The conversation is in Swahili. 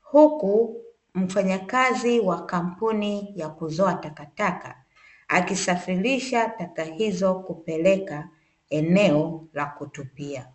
Huku mfanyakazi wa kampuni ya kuzoa takataka akisafirisha taka hizo kupeleka eneo la kutupia.